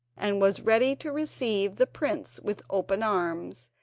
and was ready to receive the prince with open arms,